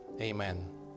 Amen